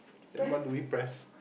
then what do we press